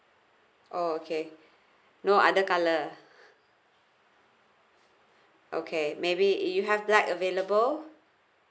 oh okay no other colour okay maybe you have that available